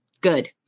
Good